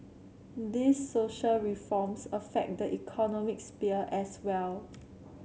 these social reforms affect the economic sphere as well